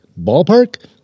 Ballpark